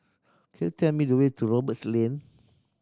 could you tell me the way to Roberts Lane